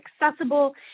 accessible